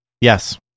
Yes